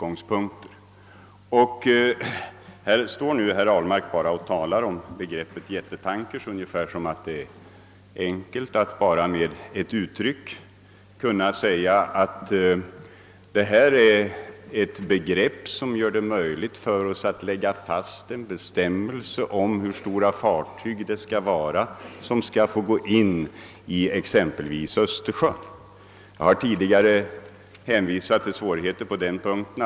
Herr Ahlmark står nu här och bara talar om begreppet jättetanker ungefär som om det vore så enkelt att bara säga: Ordet jättetanker utgör ett begrepp som möjliggör för oss att lägga fast en bestämmelse om hur stora fartyg som bör få gå in i exempelvis Östersjön. Jag har tidigare av folkrättsliga skäl hänvisat till svårigheter på den punkten.